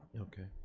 okay,